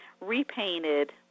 repainted